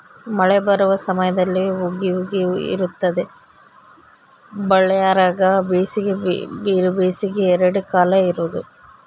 ಮಳೆ ಬರುವ ಸಮಯದಲ್ಲಿ ಹುಗಿ ಹುಗಿ ಇರುತ್ತದೆ ಬಳ್ಳಾರ್ಯಾಗ ಬೇಸಿಗೆ ಬಿರುಬೇಸಿಗೆ ಎರಡೇ ಕಾಲ ಇರೋದು